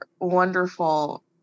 wonderful